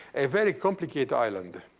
a very complicated island.